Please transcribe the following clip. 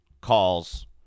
calls